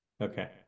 Okay